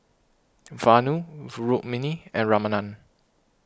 Vanu Rukmini and Ramanand